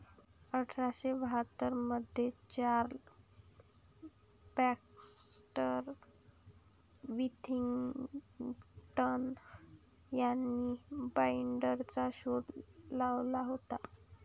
अठरा शे बाहत्तर मध्ये चार्ल्स बॅक्स्टर विथिंग्टन यांनी बाईंडरचा शोध लावला होता